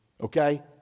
okay